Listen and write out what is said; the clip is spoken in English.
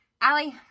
Allie